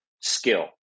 skill